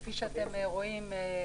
כפי שאתם רואים,